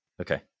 Okay